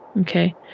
Okay